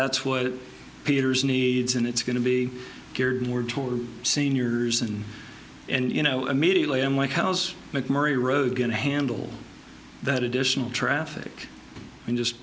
that's what peter's needs and it's going to be geared more towards seniors and and you know immediately i'm white house mcmurry road going to handle that additional traffic and just